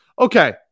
Okay